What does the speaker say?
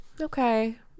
okay